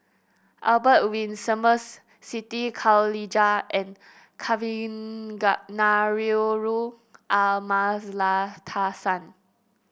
Albert Winsemius Siti Khalijah and Kavignareru Amallathasan